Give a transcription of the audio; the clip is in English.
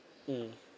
mm